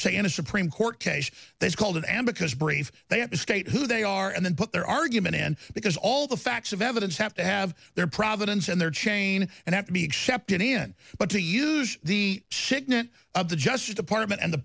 say in a supreme court case that's called am because brains they haven't state who they are and then put their argument in because all the facts of evidence have to have their providence in their chain and have to be accepted in but to use the signature of the justice department and the